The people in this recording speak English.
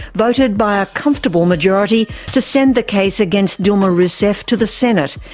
voted by a comfortable majority to send the case against dilma rousseff to the senate,